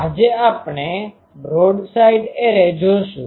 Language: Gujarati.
આજે આપણે બ્રોડસાઇડ એરે જોશું